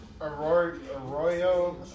Arroyo